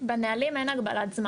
בנהלים אין הגבלת זמן.